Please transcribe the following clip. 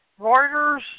Reuters